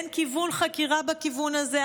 אין כיוון חקירה בכיוון הזה,